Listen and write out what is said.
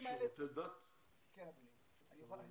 ההכרעה שלו.